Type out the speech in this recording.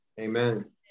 Amen